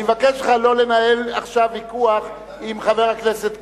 אני מבקש ממך לא לנהל עכשיו ויכוח עם חבר הכנסת כץ.